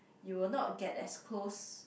you will not get as close